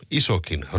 isokin